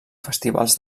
festivals